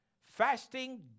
Fasting